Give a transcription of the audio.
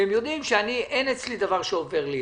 והם יודעים שאין דבר שעובר לידי.